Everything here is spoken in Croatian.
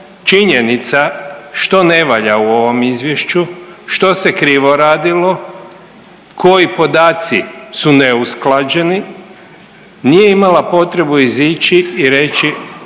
činjenica što ne valja u ovom izvješću, što se krivo radilo, koji podaci su neusklađeni, nije imala potrebu izići i reći